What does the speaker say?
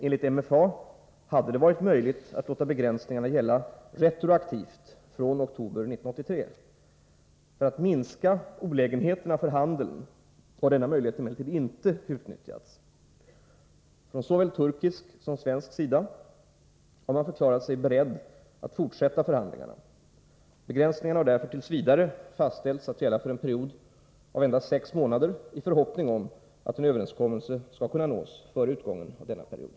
Enligt MFA hade det varit möjligt att låta begränsningarna gälla retroaktivt från oktober 1983. För att minska olägenheterna för handeln har denna möjlighet emellertid inte utnyttjats. Från såväl turkisk som svensk sida har man förklarat sig beredd att fortsätta förhandlingarna. Begränsningarna har därför t.v. fastställts att gälla för en period av endast sex månader i förhoppning om att en överenskommelse skall kunna nås före utgången av denna period.